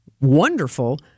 wonderful